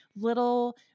little